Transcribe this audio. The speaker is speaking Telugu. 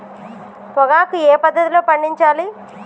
పొగాకు ఏ పద్ధతిలో పండించాలి?